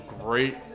great